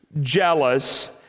jealous